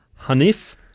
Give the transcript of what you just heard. Hanif